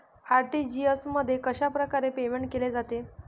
RTGS मध्ये कशाप्रकारे payment केले जाते?